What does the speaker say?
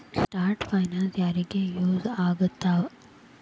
short finance ಯಾರಿಗ use ಆಗತ್ತಾ